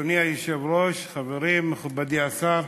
אדוני היושב-ראש, חברים, מכובדי השר,